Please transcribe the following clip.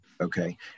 Okay